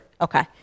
Okay